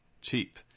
cheap